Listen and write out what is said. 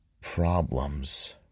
problems